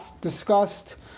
discussed